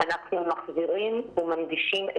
אנחנו מחזירים ומנגישים.